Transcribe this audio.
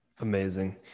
Amazing